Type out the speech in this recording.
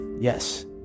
Yes